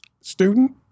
student